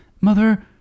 mother